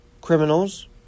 Criminals